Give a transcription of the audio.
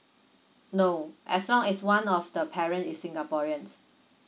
no as long as one of the parent is singaporeans